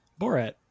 Borat